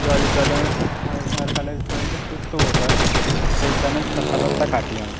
জলে জলে অনেক সময় কাটলে শরীরটা সুস্থ বোধ হয় সেই কারণে আমি সাঁতারটা কাটি আমি